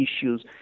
issues